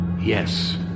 Yes